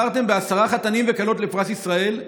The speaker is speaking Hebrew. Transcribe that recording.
בחרתם בעשרה חתנים וכלות לפרס ישראל,